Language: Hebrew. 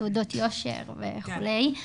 תעודות יושר וכולי.